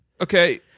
Okay